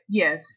yes